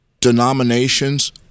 denominations